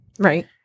Right